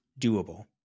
doable